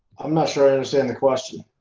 i'm not sure i understand the question.